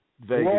Vegas